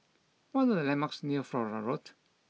what are the landmarks near Flora Road